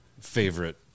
favorite